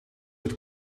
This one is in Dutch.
het